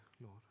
Lord